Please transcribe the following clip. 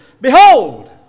Behold